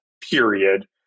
period